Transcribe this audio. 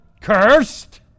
cursed